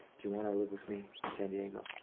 do you wanna live with me in san diego?